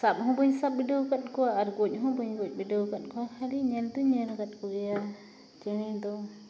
ᱥᱟᱵ ᱦᱚᱸ ᱵᱟᱹᱧ ᱥᱟᱵ ᱵᱤᱰᱟᱹᱣ ᱟᱠᱟᱫ ᱠᱚᱣᱟ ᱟᱨ ᱜᱚᱡ ᱦᱚᱸ ᱵᱟᱹᱧ ᱜᱚᱡ ᱵᱤᱰᱟᱹᱣ ᱟᱠᱟᱫ ᱠᱚᱣᱟ ᱠᱷᱟᱞᱤ ᱧᱮᱞ ᱛᱩᱧ ᱧᱮᱞ ᱟᱠᱟᱫ ᱠᱚᱜᱮᱭᱟ ᱪᱮᱬᱮ ᱫᱚ